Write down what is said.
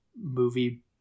movie